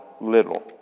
little